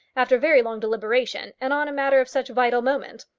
after very long deliberation, and on a matter of such vital moment.